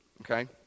okay